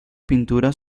pintura